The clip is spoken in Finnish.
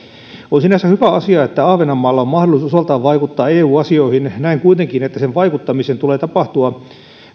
on sinänsä hyvä asia että ahvenanmaalla on mahdollisuus osaltaan vaikuttaa eu asioihin näen kuitenkin että sen vaikuttamisen tulee tapahtua